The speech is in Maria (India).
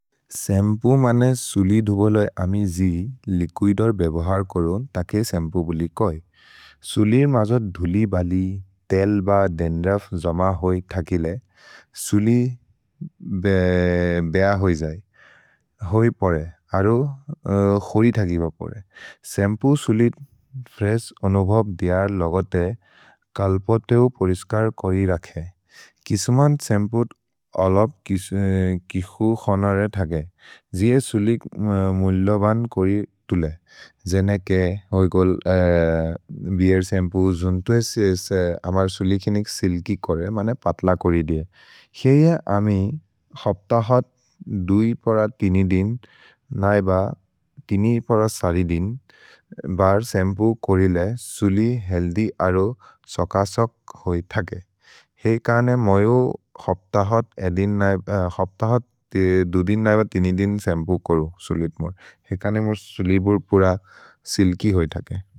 सम्पु मने सुलिध् बोलो ए अमि जि लिक्विदर् बेबोहर् करुन्, तके सम्पु बोलि कोइ। सुलिर् मज धुलि बलि, तेल् ब देन्द्र जम होइ थकिले, सुलि बेअ होइ जै। होइ परे, अरो खोरि थकि ब परे। सम्पु सुलिध् फ्रेश् अनुभव् दियर् लगते, कल्पतेउ पोरिस्कर् कोरि रखे। किसुमन् सम्पु अलब् किखु खोनरे थके, जिए सुलि मुल्लोबन् कोरि तुले। जेने के होइ कोल् बेअएर् सम्पु जुन्तु एसेसे अमर् सुलि खिनिक् सिल्कि कोरे, मने पत्ल कोरि दिए। हेइए अमि हप्तहत् दुइ पर तिनि दिन्, नै ब तिनि पर सरि दिन् बर् सम्पु कोरि ले, सुलि हेल्दि अरो सकसक् होइ थके। हेइ कने मजो हप्तहत् दु दिन्, नै ब तिनि दिन् सम्पु कोरो सुलिध् मोर्। हेइ कने मोर् सुलिध् मोर् पुर सिल्कि होइ थके।